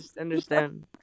understand